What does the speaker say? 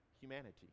humanity